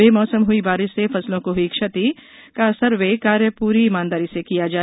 बे मौसम हुई बारिश से फसलों को हुई क्षति का सर्वे कार्य पूरी ईमानदारी से किया जाए